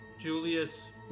Julius